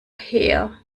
her